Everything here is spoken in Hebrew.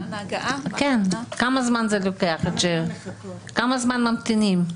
כמה זמן ממתינים?